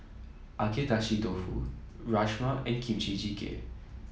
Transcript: Agedashi Dofu Rajma and Kimchi Jjigae